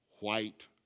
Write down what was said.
white